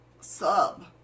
sub